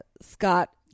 scott